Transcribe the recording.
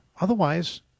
Otherwise